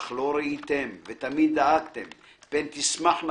אך לא ראיתם ותמיד דאגתם פן תשמחנה